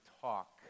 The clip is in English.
talk